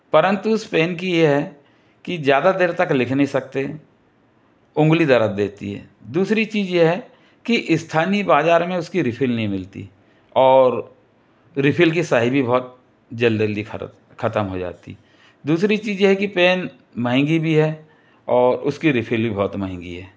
परंतु उस पेन की ये है कि ज़्यादा देर तक लिख नहीं सकते ऊँगली दर्द देती है दूसरी चीज़ ये है की स्थानी बाज़ार में उसकी रिफ़िल नहीं मिलती और रिफ़िल की स्याही भी बहौत जल्द जल्दी खत्म खत्म हो जाती दूसरी चीज़ ये है की पेन महंगी भी है और उसकी रिफ़िल भी बहुत महंगी है